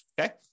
okay